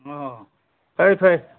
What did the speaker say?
ꯑꯣ ꯐꯔꯦ ꯐꯔꯦ